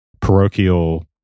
parochial